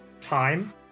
time